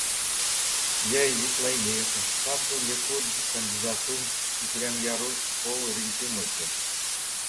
jei jis laimėtų taptų likud kandidatu į premjerus kovo rinkimuose